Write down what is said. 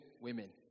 women